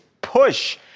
push